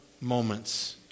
moments